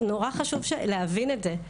נורא חשוב להבין את זה.